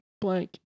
Blank